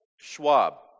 Schwab